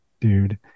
dude